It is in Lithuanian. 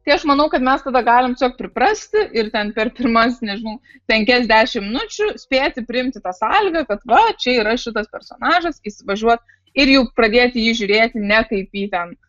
tai aš manau kad mes tada galim tiesiog priprasti ir ten per pirmas nežinau penkias dešimt minučių spėti priimti tą sąlygą kad va čia yra šitas personažas įsivažiuot ir jau pradėti į jį žiūrėti ne kaip į ten